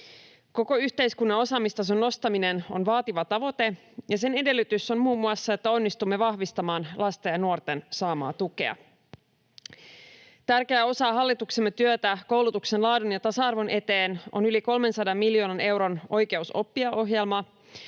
Koko yhteiskunnan osaamistason nostaminen on vaativa tavoite, ja sen edellytys on muun muassa, että onnistumme vahvistamaan lasten ja nuorten saamaa tukea. Tärkeä osa hallituksemme työtä koulutuksen laadun ja tasa-arvon eteen on yli 300 miljoonan euron Oikeus oppia ‑ohjelma,